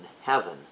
heaven